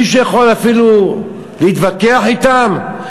מישהו יכול אפילו להתווכח אתם?